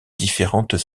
différentes